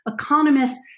economists